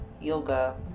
yoga